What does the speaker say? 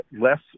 less